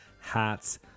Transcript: hats